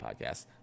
podcast